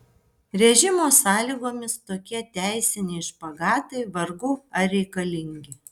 režimo sąlygomis tokie teisiniai špagatai vargu ar reikalingi